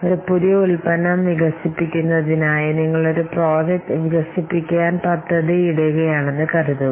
ഒരു പുതിയ ഉൽപ്പന്നം വികസിപ്പിക്കുന്നതിനായി നിങ്ങൾ ഒരു പ്രോജക്റ്റ് വികസിപ്പിക്കാൻ പദ്ധതിയിടുകയാണെന്ന് കരുതുക